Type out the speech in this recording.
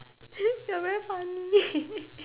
you're very funny